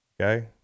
Okay